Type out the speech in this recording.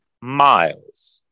miles